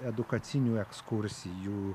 edukacinių ekskursijų